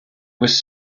was